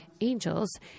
angels